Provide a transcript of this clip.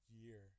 year